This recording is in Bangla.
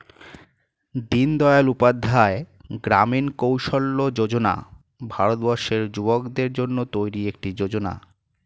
দিনদয়াল উপাধ্যায় গ্রামীণ কৌশল্য যোজনা ভারতবর্ষের যুবকদের জন্য তৈরি একটি যোজনা